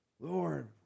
Lord